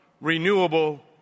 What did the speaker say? renewable